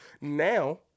now